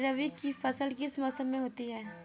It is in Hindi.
रबी की फसल किस मौसम में होती है?